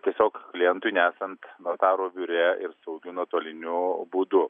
tiesiog klientui nesant notarų biure ir saugiu nuotoliniu būdu